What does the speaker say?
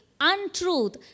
untruth